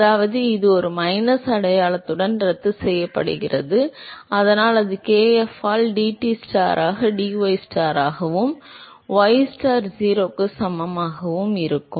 அதாவது இது ஒரு மைனஸ் அடையாளத்துடன் ரத்து செய்யப்படுகிறது அதனால் அது kf ஆல் dTstar ஆக dystar ஆகவும் ystar 0 க்கு சமமாகவும் இருக்கும்